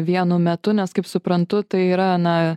vienu metu nes kaip suprantu tai yra na